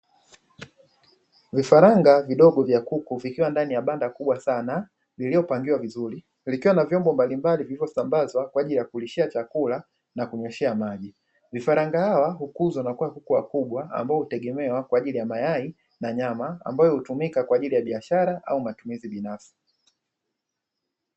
Vifaranga vidogo vya kuku, vikiwa ndani ya banda kubwa sana liliyopangiwa vizuri, likiwa na vyombo mbalimbali vilivyosambazwa kwa ajili ya kulishia chakula na kunyweshea maji. Vifaranga hawa hukuzwa na kuwa kuku wakubwa ambao hutegemewa kwa ajili ya mayai na nyama, ambayo hutumika kwa ajili ya biashara au matumizi binafsi.